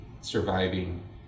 surviving